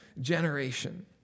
generation